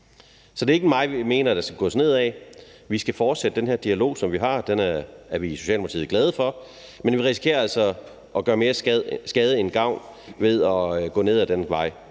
Så det er ikke en vej, vi mener man skal gå ned ad. Vi skal fortsætte den her dialog, som vi har. Den er vi i Socialdemokratiet glade for. Men vi risikerer altså at gøre mere skade end gavn ved at gå ned ad den vej.